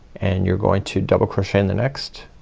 and you're going to double crochet in the next